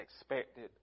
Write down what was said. expected